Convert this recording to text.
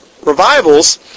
revivals